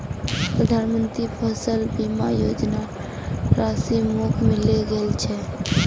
प्रधानमंत्री फसल बीमा योजनार राशि मोक मिले गेल छै